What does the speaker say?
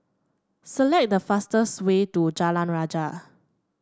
select the fastest way to Jalan Rajah